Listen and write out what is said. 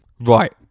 Right